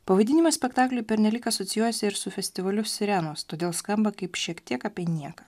pavadinimas spektaklio pernelyg asocijuojasi ir su festivaliu sirenos todėl skamba kaip šiek tiek apie nieką